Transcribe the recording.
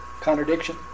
Contradiction